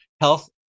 health